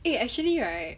eh actually right